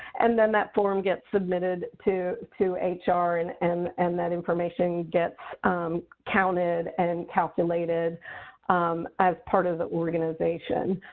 and then that form gets submitted to to ah hr, and and and that information gets counted and and calculated as part of the organization.